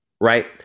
right